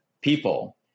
people